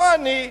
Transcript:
לא אני,